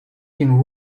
can